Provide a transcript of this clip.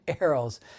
arrows